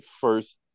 first